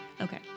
Okay